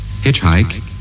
hitchhike